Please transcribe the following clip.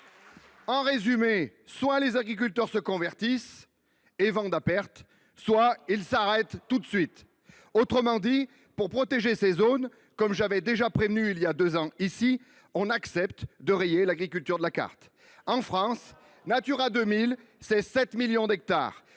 résumé, soit les agriculteurs se convertissent et vendent à perte, soit ils s’arrêtent tout de suite ! C’est faux ! Autrement dit, pour protéger ces zones, comme je l’avais déjà souligné voilà deux ans ici même, on accepte de rayer l’agriculture de la carte. En France, Natura 2000, c’est 7 millions d’hectares,